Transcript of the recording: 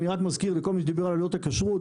אסביר לכל מי שדיבר על עלויות הכשרות,